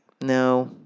no